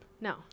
No